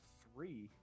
three